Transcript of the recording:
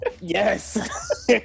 Yes